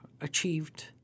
achieved